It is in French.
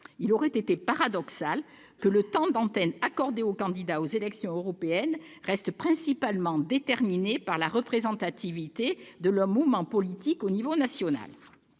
Il aurait été paradoxal que le temps d'antenne accordé aux candidats aux élections européennes reste principalement déterminé par la représentativité de leur mouvement politique au niveau national.